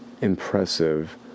Impressive